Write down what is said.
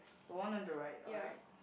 the one on the right alright